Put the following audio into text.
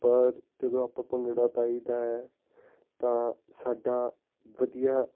ਪਰ ਜਦੋਂ ਆਪਾਂ ਭੰਗੜਾ ਪਾਈ ਦਾ ਹੈ ਤਾਂ ਸਾਡਾ ਵਧੀਆ